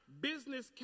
business